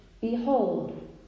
behold